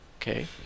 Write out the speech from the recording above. Okay